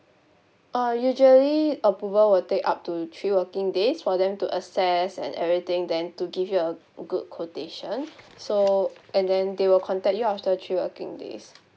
uh usually approval will take up to three working days for them to assess and everything then to give you a good quotation so and then they will contact you after three working days